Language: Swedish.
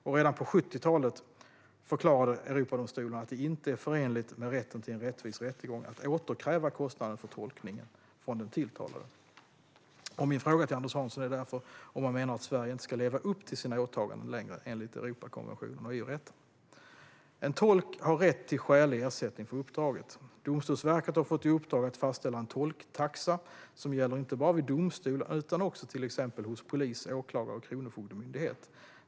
Och redan på 70-talet förklarade Europadomstolen att det inte är förenligt med rätten till en rättvis rättegång att återkräva kostnaden för tolkning från den tilltalade. Min fråga till Anders Hansson är därför om han menar att Sverige inte längre ska leva upp till sina åtaganden enligt Europakonventionen och EU-rätten. En tolk har rätt till skälig ersättning för uppdraget. Domstolsverket har fått i uppdrag att fastställa en tolktaxa som gäller inte bara vid domstol utan också till exempel hos polis, åklagar och kronofogdemyndighet.